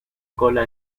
cola